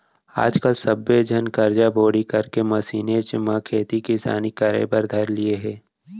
आज काल सब्बे झन करजा बोड़ी करके मसीनेच म खेती किसानी करे बर धर लिये हें